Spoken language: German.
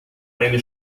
eine